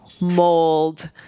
mold